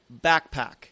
backpack